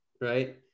right